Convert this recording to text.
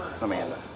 Amanda